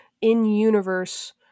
in-universe